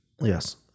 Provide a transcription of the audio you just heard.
Yes